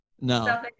No